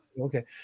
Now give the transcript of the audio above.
okay